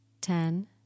ten